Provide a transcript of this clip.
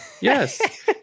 Yes